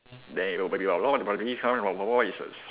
then everybody voices